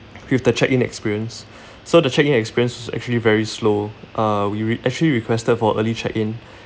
with the check-in experience so the check-in experience was actually very slow uh we re~ actually requested for early check in